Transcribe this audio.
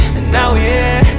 and now we're